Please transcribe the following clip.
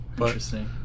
interesting